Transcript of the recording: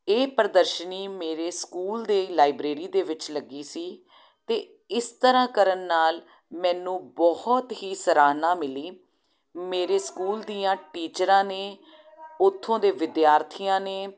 ਇਹ ਪ੍ਰਦਰਸ਼ਨੀ ਮੇਰੇ ਸਕੂਲ ਦੀ ਲਾਇਬ੍ਰੇਰੀ ਦੇ ਵਿੱਚ ਲੱਗੀ ਸੀ ਅਤੇ ਇਸ ਤਰ੍ਹਾਂ ਕਰਨ ਨਾਲ ਮੈਨੂੰ ਬਹੁਤ ਹੀ ਸਰਾਹਣਾ ਮਿਲੀ ਮੇਰੇ ਸਕੂਲ ਦੀਆਂ ਟੀਚਰਾਂ ਨੇ ਉੱਥੋਂ ਦੇ ਵਿਦਿਆਰਥੀਆਂ ਨੇ